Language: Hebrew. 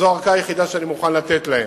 זו הארכה היחידה שאני מוכן לתת להם,